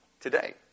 today